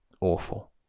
awful